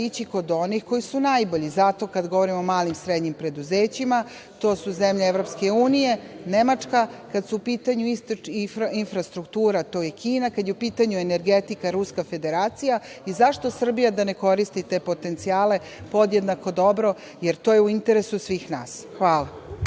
ići kod onih koji su najbolji. Zato kada govorimo o malim i srednjim preduzećima, to su zemlje EU, Nemačka. Kad je u pitanju infrastruktura, to je Kina. Kada je u pitanju energetika, Ruska Federacija. I zašto Srbija da ne koristi te potencijale podjednako dobro, jer to je u interesu svih nas. Hvala.